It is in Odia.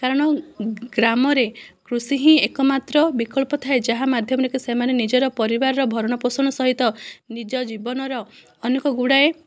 କାରଣ ଗ୍ରାମରେ କୃଷି ହିଁ ଏକମାତ୍ର ବିକଳ୍ପ ଥାଏ ଯାହା ମାଧ୍ୟମରେ କି ସେମାନେ ନିଜର ପରିବାରର ଭରଣ ପୋଷଣ ସହିତ ନିଜ ଜୀବନର ଅନେକ ଗୁଡ଼ାଏ